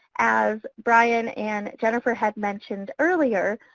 as brian and jennifer had mentioned earlier,